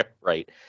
Right